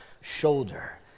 shoulder